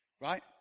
Right